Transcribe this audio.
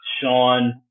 Sean